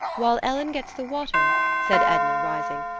while ellen gets the water, said edna, rising,